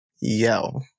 Yo